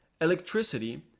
Electricity